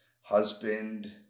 husband